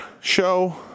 show